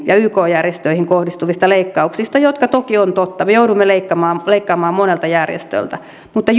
ja yk järjestöihin kohdistuvista leikkauksista jotka toki ovat totta me joudumme leikkaamaan leikkaamaan monelta järjestöltä mutta